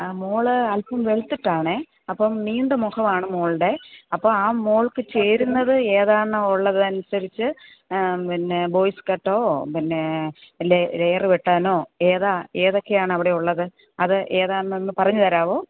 ആ മോൾ അൽപ്പം വെളുത്തിട്ടാണേ അപ്പം നീണ്ട മുഖമാണ് മോളുടെ അപ്പോൾ ആ മോൾക്ക് ചേരുന്നത് ഏതാണ് ഉള്ളതനുസരിച്ച് പിന്നെ ബോയ്സ് കട്ടോ ബിന്നെ അല്ലേ ലയർ വെട്ടാനോ ഏതാ ഏതൊക്കെയാണ് അവിടെ ഉള്ളത് അത് ഏതാണെന്ന് പറഞ്ഞ് തരാമോ